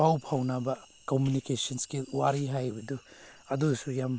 ꯄꯥꯎ ꯐꯥꯎꯅꯕ communication skill ꯋꯥꯔꯤ ꯍꯩꯕꯗꯨ ꯑꯗꯨꯁꯨ ꯌꯥꯝ